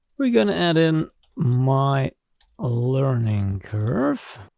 we're going to add in my learning curve.